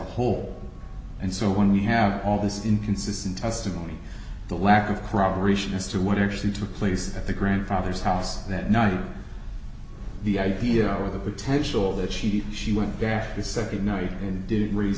whole and so when we have all this inconsistent testimony the lack of corroboration as to what actually took place at the grandfather's house that night the idea or the potential that she did she went back the nd night and degrees